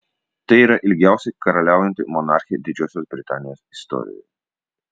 tai yra ilgiausiai karaliaujanti monarchė didžiosios britanijos istorijoje